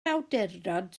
awdurdod